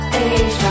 age